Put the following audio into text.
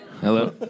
Hello